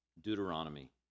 Deuteronomy